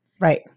Right